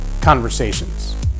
conversations